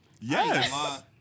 Yes